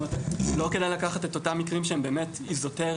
אבל לא כדאי לקחת את אותם מקרים שהם באמת איזוטריים.